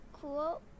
cool